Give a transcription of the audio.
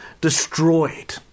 destroyed